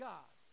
God